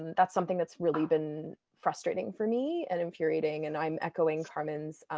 and that's something that's really been frustrating for me and infuriating. and i'm echoing carmen's